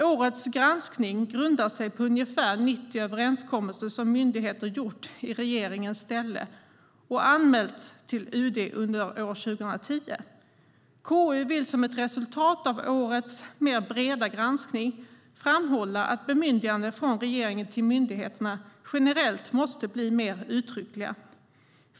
Årets granskning grundar sig på ungefär 90 överenskommelser som myndigheter har gjort i regeringens ställe och anmält till UD under år 2010. KU vill som ett resultat av årets mer breda granskning framhålla att bemyndiganden från regeringen till myndigheterna generellt måste bli mer uttryckliga.